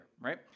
right